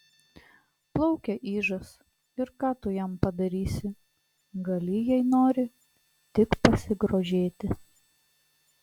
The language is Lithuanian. plaukia ižas ir ką tu jam padarysi gali jei nori tik pasigrožėti